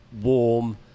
warm